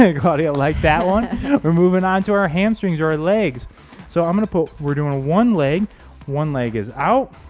how do you like that one we're moving on to our hamstrings or our legs so i'm gonna put we're doing one leg one leg is out